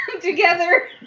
together